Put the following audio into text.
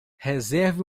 reserve